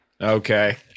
Okay